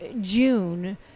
June